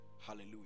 Hallelujah